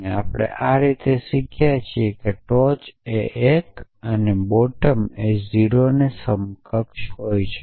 અને આ આપણે શીખ્યા છીયે કે ટોચ એ 1 ને અને બોટમ એ 0 સમકક્ષ હોય છે